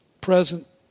present